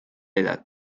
edad